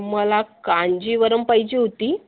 मला कांजीवरम पाहिजे होती